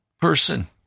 person